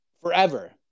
forever